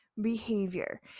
behavior